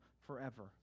forever